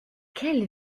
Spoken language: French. quels